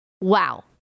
Wow